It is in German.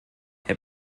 herr